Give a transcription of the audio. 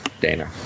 Dana